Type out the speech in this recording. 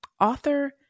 Author